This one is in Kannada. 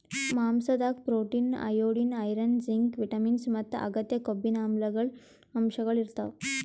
ಮಾಂಸಾದಾಗ್ protein, iodine, iron, zinc, vitamins ಮತ್ತ್ ಅಗತ್ಯ ಕೊಬ್ಬಿನಾಮ್ಲಗಳ್ ಅಂಶಗಳ್ ಇರ್ತವ್